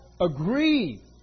agree